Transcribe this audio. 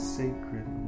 sacred